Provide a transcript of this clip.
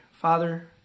Father